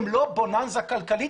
הן לא בוננזה כלכלית.